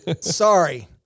Sorry